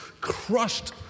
crushed